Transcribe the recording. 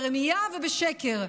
ברמייה ובשקר,